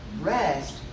rest